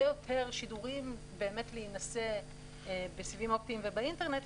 יותר שידורים באמת להינשא בסיבים האופטיים ובאינטרנט.